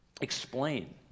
explain